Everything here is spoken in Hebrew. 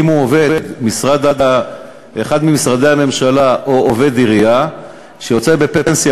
אם הוא עובד אחד ממשרדי הממשלה או עובד עירייה שיוצא בפנסיה,